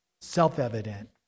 Self-evident